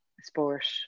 sport